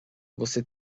você